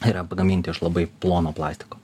yra pagaminti iš labai plono plastiko